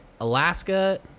Alaska